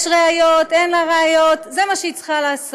יש ראיות, אין לה ראיות, זה מה שהיא צריכה לעשות.